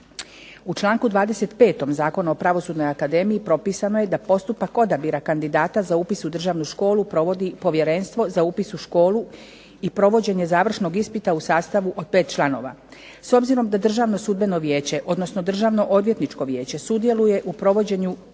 U članku 25. Zakona o Pravosudnoj akademiji propisano je da postupak odabira kandidata za upis u državnu školu provodi Povjerenstvo za upis u školu i provođenje završnog ispita u sastavu od 5 članova. S obzirom da Državno sudbeno vijeće, odnosno Državno odvjetničko vijeće sudjeluje u provođenju